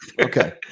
Okay